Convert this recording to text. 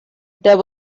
there